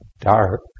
dark